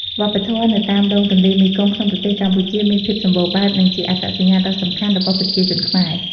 វប្បធម៌នៅតាមដងទន្លេមេគង្គក្នុងប្រទេសកម្ពុជាមានភាពសម្បូរបែប និងជាអត្តសញ្ញាណដ៏សំខាន់របស់ប្រជាជនខ្មែរ។